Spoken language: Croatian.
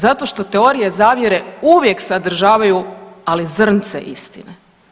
Zato što teorije zavjere uvijek sadržavaju ali zrnce istine.